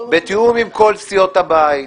בתיאום עם כל סיעות הבית,